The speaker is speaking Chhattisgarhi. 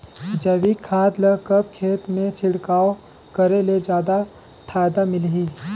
जैविक खाद ल कब खेत मे छिड़काव करे ले जादा फायदा मिलही?